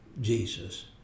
Jesus